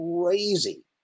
crazy